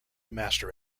master